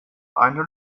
eine